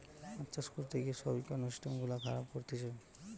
মাছ চাষ করতে গিয়ে সব ইকোসিস্টেম গুলা খারাব করতিছে